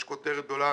יש כותרת גדולה.